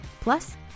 Plus